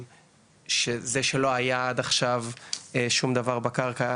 זה שלא היה עד עכשיו שום דבר בקרקע,